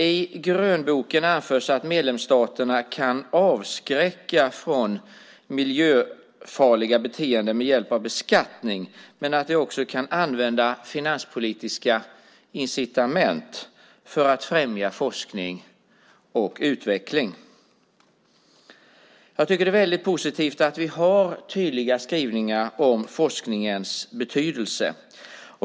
I grönboken anförs att medlemsstaterna kan avskräcka från miljöfarliga beteenden med hjälp av beskattning men att vi också kan använda finanspolitiska incitament för att främja forskning och utveckling. Det är väldigt positivt att vi har tydliga skrivningar om forskningens betydelse.